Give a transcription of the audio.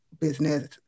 business